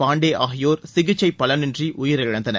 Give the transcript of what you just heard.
பாண்டே ஆகியோர் சிகிச்சை பலனின்றி உயிரிழந்தனர்